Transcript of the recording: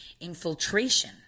Infiltration